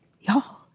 y'all